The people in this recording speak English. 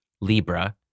Libra